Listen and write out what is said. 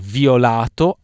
violato